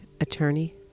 attorney